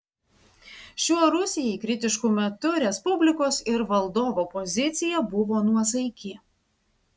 šiuo rusijai kritišku metu respublikos ir valdovo pozicija buvo nuosaiki